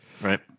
right